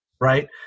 right